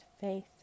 faith